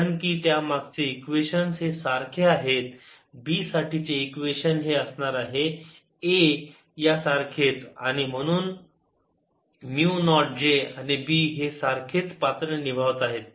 कारण की त्यामागचे इक्वेशन्स हे सारखेच आहेत B साठीचे इक्वेशन हे असणार आहे A या सारखेच आणि म्यु नॉट j आणि B हे सारखेच पात्र निभावत आहेत